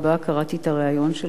קראתי את הריאיון שלך,